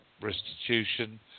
restitution